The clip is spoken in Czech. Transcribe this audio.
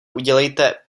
udělejte